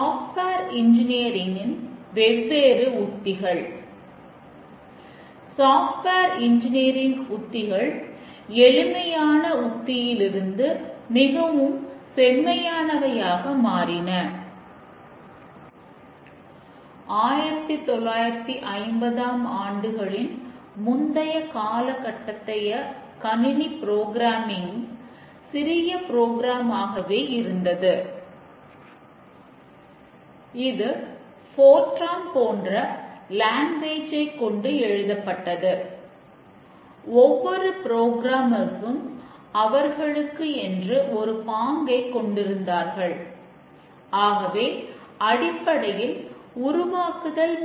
water fall ஆரம்பித்ததிலிருந்து அதிக விஷயங்களை சோதனை செய்கிறோம் மற்றும் அதிக தோல்விகள்